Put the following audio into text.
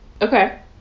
Okay